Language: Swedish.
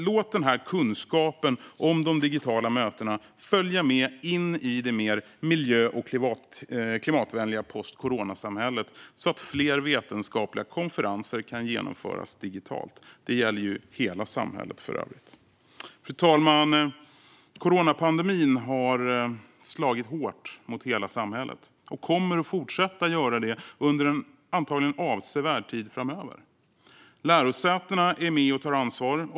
Låt den kunskapen om de digitala mötena följa med in i det mer miljö och klimatvänliga postcorona-samhället så att fler vetenskapliga konferenser kan genomföras digitalt! Det gäller för övrigt hela samhället. Fru talman! Coronapandemin har slagit hårt mot hela samhället och kommer att fortsätta göra det under en - antagligen avsevärd - tid framöver. Lärosätena är med och tar ansvar.